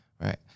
Right